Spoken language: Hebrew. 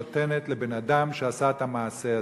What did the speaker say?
נותנת לבן-אדם שעשה את המעשה הזה.